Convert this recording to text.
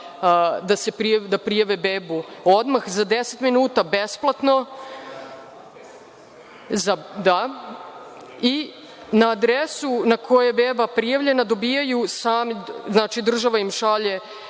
da prijave bebu odmah za 10 minuta besplatno i na adresu na kojoj je beba prijavljena dobijaju, država im šalje